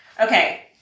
Okay